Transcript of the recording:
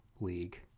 league